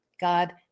God